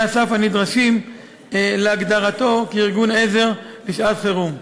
הסף הנדרשים להגדרתו כארגון עזר לשעת-חירום.